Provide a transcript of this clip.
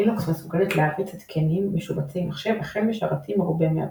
לינוקס מסוגלת להריץ התקנים משובצי מחשב החל משרתים מרובי מעבדים,